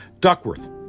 Duckworth